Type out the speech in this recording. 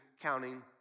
counting